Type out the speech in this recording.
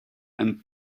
and